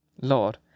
Lord